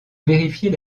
vérifier